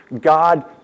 God